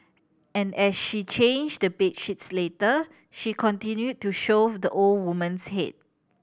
and as she changed the bed sheets later she continued to shove the old woman's head